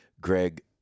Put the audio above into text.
greg